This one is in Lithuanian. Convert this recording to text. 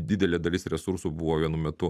didelė dalis resursų buvo vienu metu